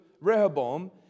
Rehoboam